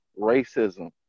Racism